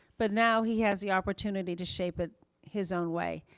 but now, he has the opportunity to shape it his own way.